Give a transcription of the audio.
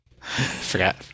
Forgot